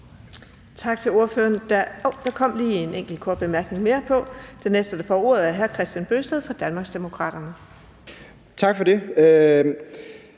Tak for det.